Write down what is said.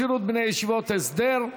שירות בני ישיבות הסדר),